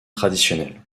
traditionnel